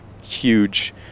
huge